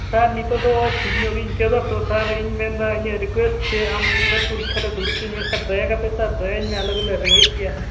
ᱥᱟᱨ ᱱᱤᱛᱳᱜ ᱫᱚ ᱴᱷᱤᱠ ᱧᱚᱜ ᱜᱤᱧ ᱟᱹᱭᱠᱟᱹᱣ ᱮᱫᱟ ᱛᱚ ᱥᱟᱨ ᱤᱧ ᱢᱮᱱ ᱮᱫᱟ ᱤᱧᱟᱹᱜ ᱨᱤᱠᱩᱭᱮᱥᱴ ᱡᱮ ᱟᱢ ᱱᱤᱭᱟᱹ ᱵᱟᱨ ᱯᱚᱨᱤᱠᱠᱷᱟ ᱨᱮ ᱫᱩᱲᱩᱵ ᱦᱚᱪᱚᱣᱟᱹᱧ ᱢᱮ ᱥᱟᱨ ᱫᱟᱭᱟ ᱠᱟᱛᱮ ᱥᱟᱨ ᱫᱟᱭᱟᱣᱟᱹᱧ ᱢᱮ ᱟᱞᱮ ᱫᱚᱞᱮ ᱨᱮᱸᱜᱮᱡᱽ ᱜᱮᱭᱟ